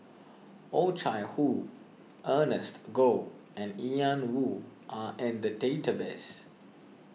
Oh Chai Hoo Ernest Goh and Ian Woo are in the database